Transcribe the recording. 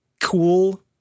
cool